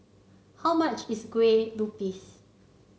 how much is Kueh Lupis